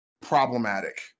problematic